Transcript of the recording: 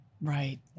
Right